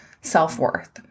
self-worth